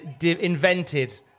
invented